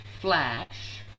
Flash